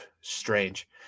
strange